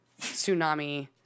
tsunami